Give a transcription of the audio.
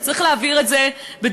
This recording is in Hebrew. וצריך להעביר את זה בדרך-לא-דרך,